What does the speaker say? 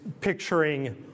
picturing